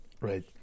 Right